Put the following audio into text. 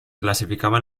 clasificaba